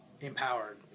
empowered